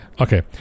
Okay